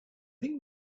think